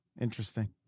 Interesting